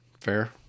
fair